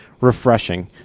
Refreshing